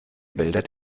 wälder